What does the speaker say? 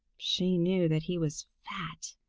she knew that he was fat,